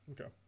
Okay